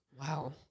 Wow